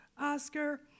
oscar